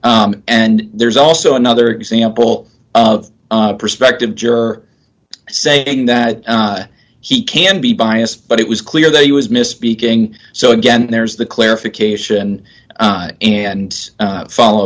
and there's also another example of a prospective juror saying that he can be biased but it was clear that he was misspeaking so again there's the clarification and follow